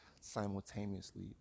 simultaneously